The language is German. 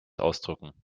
ausdrücken